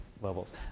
levels